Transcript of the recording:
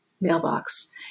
mailbox